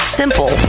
simple